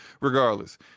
regardless